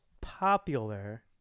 popular